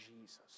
Jesus